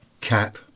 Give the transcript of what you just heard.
cap